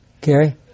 Gary